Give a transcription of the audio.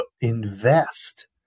invest